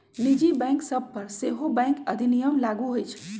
निजी बैंक सभ पर सेहो बैंक अधिनियम लागू होइ छइ